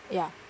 ya